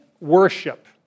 worship